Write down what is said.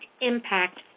impact